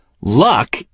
Luck